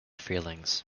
feelings